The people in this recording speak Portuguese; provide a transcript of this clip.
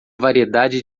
variedade